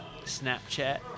Snapchat